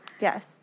Yes